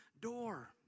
door